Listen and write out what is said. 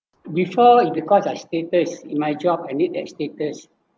before it because like status in my job I need a status